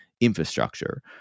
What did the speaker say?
infrastructure